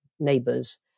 neighbors